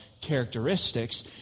characteristics